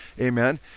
amen